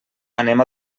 anem